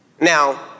Now